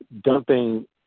dumping